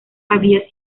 había